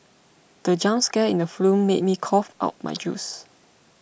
the jump scare in the film made me cough out my juice